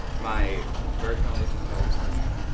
my birth mum lives in california.